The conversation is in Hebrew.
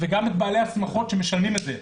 וגם את בעלי השמחות שמשלמים עבור זה.